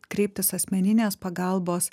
kreiptis asmeninės pagalbos